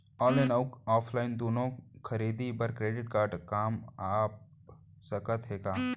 Online अऊ offline दूनो खरीदी बर क्रेडिट कारड काम आप सकत हे का?